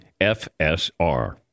FSR